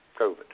COVID